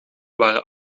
waren